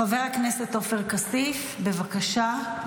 חבר הכנסת עופר כסיף, בבקשה,